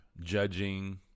Judging